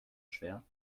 schwer